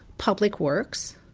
public works,